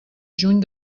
juny